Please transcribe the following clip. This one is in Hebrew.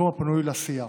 במקום הפנוי לסיעה,